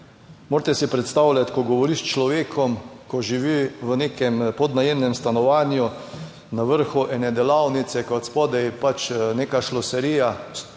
Morate si predstavljati, ko govoriš s človekom, ko živi v nekem podnajemnem stanovanju na vrhu ene delavnice, ko je od spodaj pač neka šloserija,